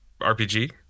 RPG